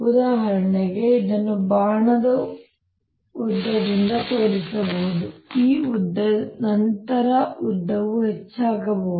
ಉದಾಹರಣೆಗೆ ಇದನ್ನು ಬಾಣದ ಉದ್ದದಿಂದ ತೋರಿಸಬಹುದು ಈ ಉದ್ದ ನಂತರ ಉದ್ದವು ಹೆಚ್ಚಾಗಬಹುದು